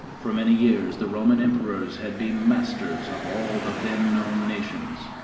for many years the roman emperors had been masters of all the then-known nations,